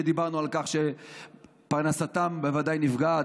שדיברנו על כך שפרנסתם בוודאי נפגעת,